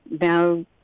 now